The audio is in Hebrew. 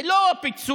זה לא פיצוי